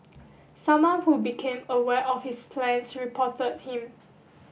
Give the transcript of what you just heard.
someone who became aware of his plans reported him